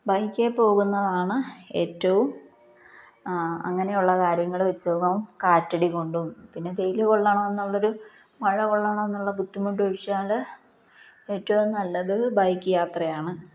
ബൈക്കേ പോകുന്നതാണ് ഏറ്റവും ആ അങ്ങനെയുള്ള കാര്യങ്ങൾ വെച്ചോ ഒക്കെ കാറ്റാടി കൊണ്ടും പിന്നെ വെയിൽ കൊള്ളണം എന്നുള്ളൊരു മഴ കൊള്ളണം എന്നുള്ള ബുദ്ധിമുട്ട് ഒഴിച്ചാൽ ഏറ്റവും നല്ലത് ബൈക്ക് യാത്രയാണ്